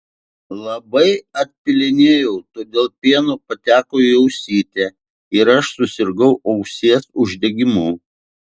labai atpylinėjau todėl pieno pateko į ausytę ir aš susirgau ausies uždegimu